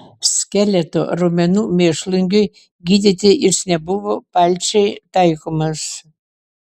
skeleto raumenų mėšlungiui gydyti jis nebuvo palčiai taikomas